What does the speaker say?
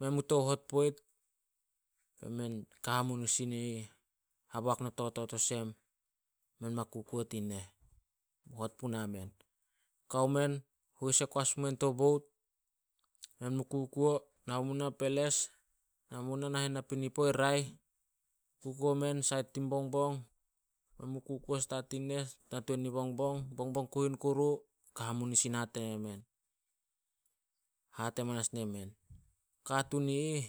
men mu tou hot poit. Kan hamunisin i ih haboak no totot olsem, me ma kukuo tin neh, hot puna men. Kao men, hois e koas pumen to boat, men mu kukuo, nao mu nah peles, nao mu nah nahen napinipo i raeh. Kukuo men sait tin Bongbong, men mu kukuo stat tin neh na tuan nin Bongbong. Bongbong kuhin kuru, kan hamunisin hate nemen, hate manas nemen, katuun i ih